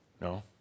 No